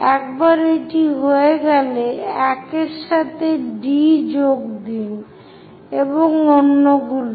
একবার এটি হয়ে গেলে 1 এর সাথে D যোগ দিন এবং অন্য গুলো